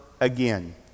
again